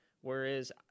Whereas